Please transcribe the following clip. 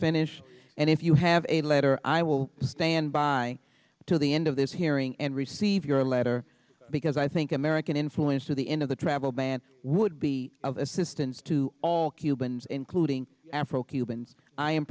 finished and if you have a letter i will stand by to the end of this hearing and receive your letter because i think american influence to the end of the travel ban would be of assistance to all cubans including afro cubans i am